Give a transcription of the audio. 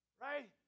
Right